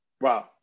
wow